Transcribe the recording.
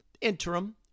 interim